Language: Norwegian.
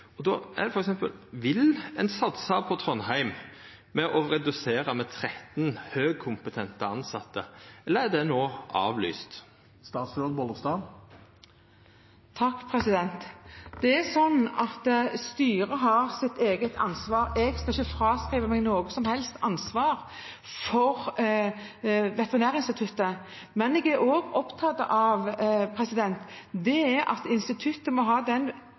Vil ein satsa på Trondheim med å redusera med 13 høgt kompetente tilsette, eller er det no avlyst? Styret har et eget ansvar. Jeg skal ikke fraskrive meg noe som helst ansvar for Veterinærinstituttet, men jeg er også opptatt av at instituttet må ha frihet til å endre arbeidsoppgaver etter behovene. Og jeg er opptatt av at